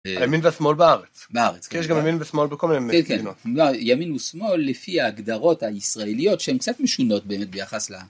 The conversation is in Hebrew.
ה‫ימין ושמאל בארץ. יש גם ימין ושמאל ‫בכל מיני מדינות. ‫לא, ימין ושמאל לפי ההגדרות ‫הישראליות שהן קצת משונות באמת ביחס ל...